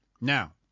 Now